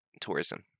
tourism